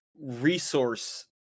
resource